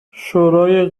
شورای